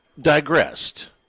digressed